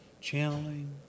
channeling